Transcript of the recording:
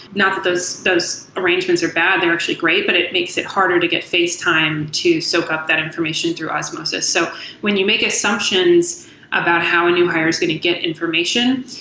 not that those those arrangements are bad. they're actually great, but it makes it harder to get face time to soak up that information through osmosis. so when you make assumptions about how a new hire is going to get information,